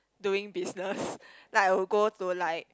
during business like I would go to like